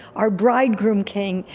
our bride groom king.